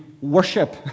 worship